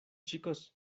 chicos